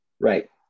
right